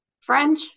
French